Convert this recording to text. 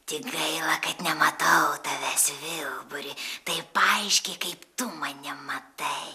tik gaila kad nematau tavęs vilburi taip aiškiai kaip tu mane matai